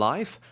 Life